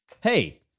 Hey